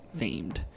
themed